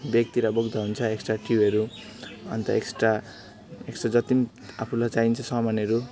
ब्यागतिर बोक्दा हुन्छ एक्स्ट्रा ट्युबहरू अन्त एक्स्ट्रा एक्स्ट्रा जति पनि आफुलाई चाहिन्छ सामानहरू